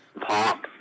pop